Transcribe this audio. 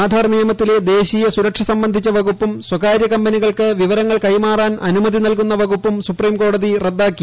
ആധാർ നിയമത്തിലെ ദേശ്വീയ സുരക്ഷ സംബന്ധിച്ച വകുപ്പും സ്വകാര്യ കമ്പനികൾക്ക് വിവരങ്ങൾ കൈമാറാൻ അനുമതി നൽകുന്ന വകുപ്പും സുപ്രിര്കോടതി റദ്ദാക്കി